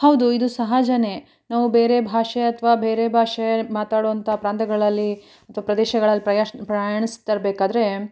ಹೌದು ಇದು ಸಹಜವೇ ನಾವು ಬೇರೆ ಭಾಷೆ ಅಥವಾ ಬೇರೆ ಭಾಷೆ ಮಾತಾಡುವಂಥ ಪ್ರಾಂತ್ಯಗಳಲ್ಲಿ ಅಥವಾ ಪ್ರದೇಶಗಳಲ್ಲಿ ಪ್ರಯಾಶ್ ಪ್ರಯಾಣಿಸ್ತಿರಬೇಕಾದ್ರೆ